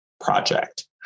Project